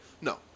No